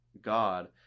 God